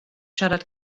siarad